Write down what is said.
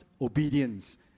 obedience